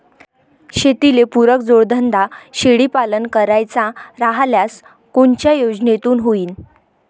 शेतीले पुरक जोडधंदा शेळीपालन करायचा राह्यल्यास कोनच्या योजनेतून होईन?